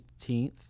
18th